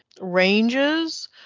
ranges